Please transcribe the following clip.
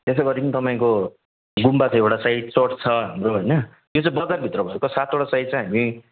त्यसो गरी नै तपाईँको गुम्बाको एउटा साइड चर्च छ हाम्रो होइन यो चाहिँ बजारभित्र भएको सातवटा साइड चाहिँ हामी